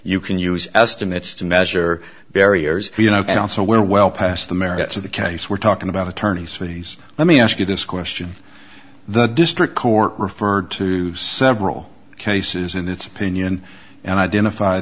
you can use estimates to measure barriers you know and also we're well past the merits of the case we're talking about attorneys fees let me ask you this question the district court referred to several cases in its opinion and identif